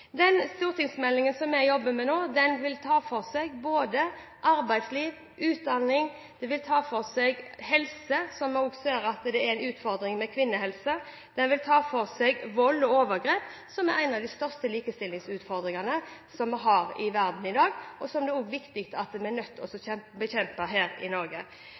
Den stortingsmeldingen som jeg jobber med nå, vil ta for seg både arbeidsliv, utdanning og helse. Jeg ser det er en utfordring med kvinnehelse. Meldingen vil også ta for seg vold og overgrep, som er noen av de største likestillingsutfordringene i verden i dag. Det er så viktig, og det er vi nødt til å bekjempe også her i Norge.